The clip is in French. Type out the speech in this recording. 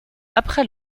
après